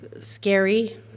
scary